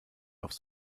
aufs